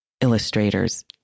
illustrators